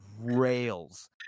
rails